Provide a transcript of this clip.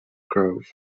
grove